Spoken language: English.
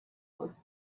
was